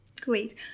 great